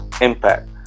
Impact